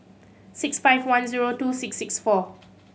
six five one zero two six six four